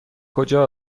کجا